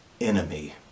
enemy